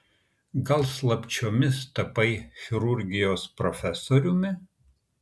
gal slapčiomis tapai chirurgijos profesoriumi